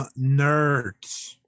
nerds